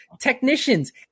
technicians